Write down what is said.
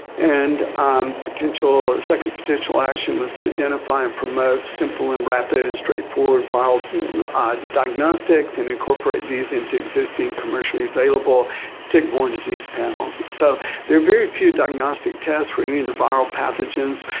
and um potential second potential action was to identify and promote simple and rapid and straightforward viral diagnostics and incorporate these into existing commercially available tick-borne disease panels. so there are very few diagnostic tests for any of the viral pathogens.